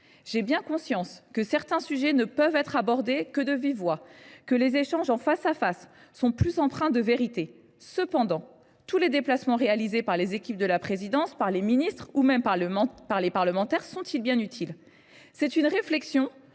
J’ai bien conscience que certains sujets ne peuvent être abordés que de vive voix et que les échanges en face à face sont plus empreints de vérité. Cependant, les déplacements réalisés par les équipes de la présidence, par les ministres ou bien par les parlementaires sont ils tous bien utiles ? C’est une réflexion